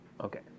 Okay